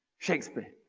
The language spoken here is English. shakespeare?